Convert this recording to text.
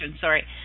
Sorry